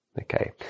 Okay